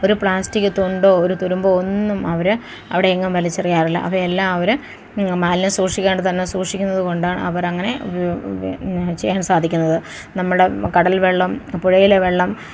ഒരു പ്ലാസ്റ്റിക്ക് തുണ്ടോ ഒര് തുരുമ്പോ ഒന്നും അവര് അവിടെയെങ്ങും വലിച്ചെറിയാറില്ല അവയെല്ലാം അവര് മാലിന്യം സൂക്ഷിക്കേണ്ടത് തന്നെ സൂക്ഷിക്കുന്നത് കൊണ്ടാണ് അവരങ്ങനെ ചെയ്യാൻ സാധിക്കുന്നത് നമ്മുടെ കടൽവെള്ളം പുഴയിലെ വെള്ളം